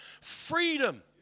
freedom